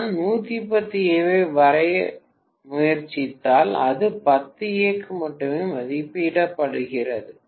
நான் 110 A ஐ வரைய முயற்சித்தால் அது 10 A க்கு மட்டுமே மதிப்பிடப்படுகிறது